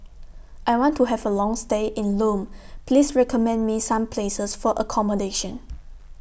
I want to Have A Long stay in Lome Please recommend Me Some Places For accommodation